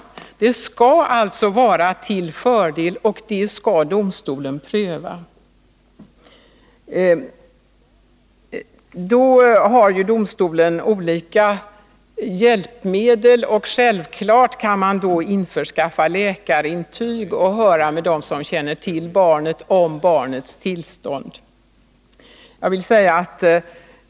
Adoptionen skall alltså vara till fördel för barnet, och detta skall domstolen pröva. Domstolen har olika hjälpmedel i det sammanhanget. Självfallet kan man införskaffa läkarintyg och höra med dem som känner till barnet om dess tillstånd.